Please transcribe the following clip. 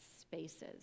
spaces